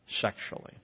sexually